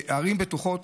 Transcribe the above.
"ערים בטוחות",